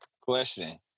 question